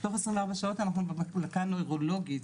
תוך 24 שעות אנחנו בבדיקה נירולוגית,